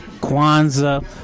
Kwanzaa